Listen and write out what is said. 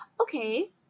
Okay